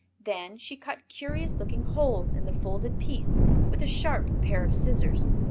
then she cut curious-looking holes in the folded piece with a sharp pair of scissors.